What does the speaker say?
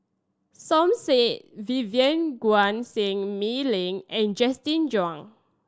Som Said Vivien Quahe Seah Mei Lin and Justin Zhuang